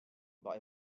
but